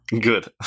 Good